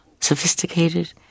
sophisticated